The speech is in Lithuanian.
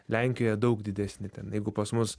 lenkijoje daug didesni ten jeigu pas mus